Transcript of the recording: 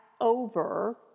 over